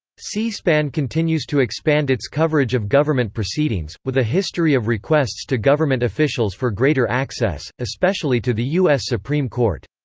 c-span continues to expand its coverage of government proceedings, with a history of requests to government officials for greater access, especially to the u s. supreme court.